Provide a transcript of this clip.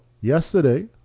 yesterday